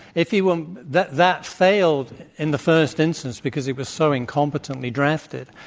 if he were that that failed in the first instance because it was so incompetently drafted.